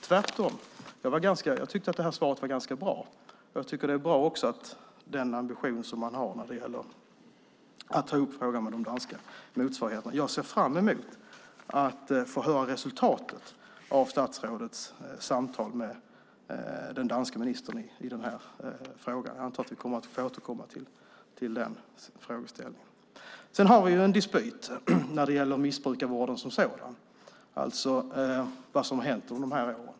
Tvärtom tyckte jag att svaret var ganska bra, och jag tycker också att den ambition man har när det gäller att ta upp frågan med de danska motsvarigheterna är bra. Jag ser fram emot att höra resultatet av statsrådets samtal med den danske ministern i denna fråga. Jag antar att vi får återkomma till den frågeställningen. Sedan har vi en dispyt när det gäller missbrukarvården som sådan, det vill säga vad som har hänt under dessa år.